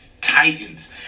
Titans